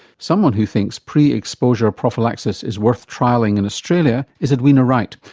someone's who thinks pre-exposure prophylaxis is worth trialling in australia is edwina wright,